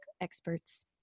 experts